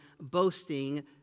boasting